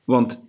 Want